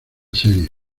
serie